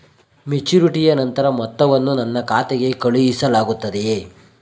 ಮೆಚುರಿಟಿಯ ನಂತರ ಮೊತ್ತವನ್ನು ನನ್ನ ಖಾತೆಗೆ ಕಳುಹಿಸಲಾಗುತ್ತದೆಯೇ?